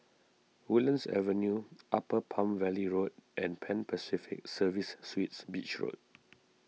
Woodlands Avenue Upper Palm Valley Road and Pan Pacific Serviced Suites Beach Road